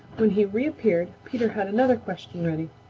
when he reappeared peter had another question ready.